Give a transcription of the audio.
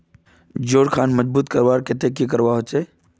जोड़ खान मजबूत करवार केते की करवा होचए?